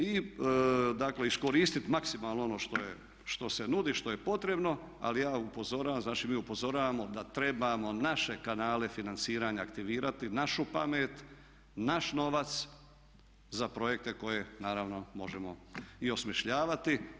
I dakle iskoristi maksimalno ono što se nudi, što je potrebno ali ja upozoravam, znači mi upozoravamo da trebamo naše kanale financiranja aktivirati našu pamet, naš novac za projekte koje naravno možemo i osmišljavati.